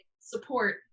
support